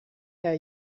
herr